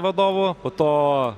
vadovu po to